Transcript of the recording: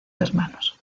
hermanos